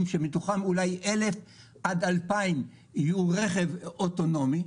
שמתוכם אולי 2,000-1,000 יהיו רכבים אוטונומיים.